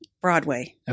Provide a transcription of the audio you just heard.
Broadway